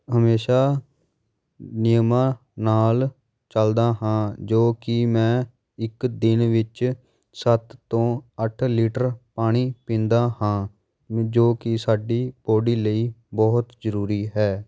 ਹਮੇਸ਼ਾ ਨਿਯਮਾਂ ਨਾਲ ਚੱਲਦਾ ਹਾਂ ਜੋ ਕਿ ਮੈਂ ਇੱਕ ਦਿਨ ਵਿੱਚ ਸੱਤ ਤੋਂ ਅੱਠ ਲੀਟਰ ਪਾਣੀ ਪੀਂਦਾ ਹਾਂ ਜੋ ਕਿ ਸਾਡੀ ਬੋਡੀ ਲਈ ਬਹੁਤ ਜ਼ਰੂਰੀ ਹੈ